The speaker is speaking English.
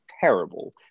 terrible